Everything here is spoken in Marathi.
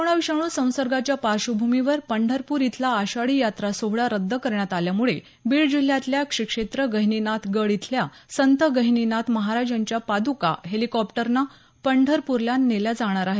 कोरोना विषाणू संसर्गाच्या पार्श्वभूमीवर पंढरपूर इथला आषाढी यात्रा सोहळा रद्द करण्यात आल्यामुळे बीड जिल्ह्यातल्या श्री क्षेत्र गहिनीनाथ गड इथल्या संत गहिनीनाथ महाराज यांच्या पादका हेलिकॉप्टरनं पंढरपूरला नेल्या जाणार आहेत